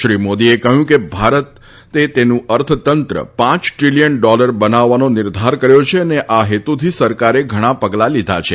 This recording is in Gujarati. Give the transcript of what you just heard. શ્રી મોદીએ કહ્યું કે ભારતે તેનું અર્થતંત્ર પાંચ દ્રિલિયન ડોલર બનાવવાનો નિર્ધાર કર્યો છે અને આ હેતુથી સરકારે ઘણા પગલાં લીધા છે